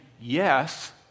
yes